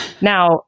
Now